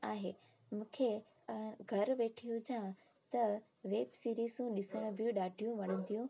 आहे मूंखे घरु वेठी हुजा त वेब सीरीज़ूं ॾिसण बि ॾाढियूं वणंदियूं